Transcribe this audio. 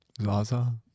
Laza